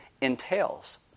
entails